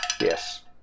Yes